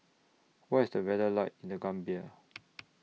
What IS The weather like in The Gambia